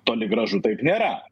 toli gražu taip nėra